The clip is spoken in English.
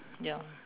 ya